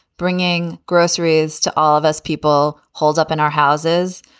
bringing groceries to all of us, people holed up in our houses.